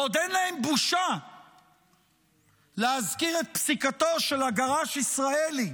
ועוד אין להם בושה להזכיר את פסיקתו של הגר"ש ישראלי,